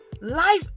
life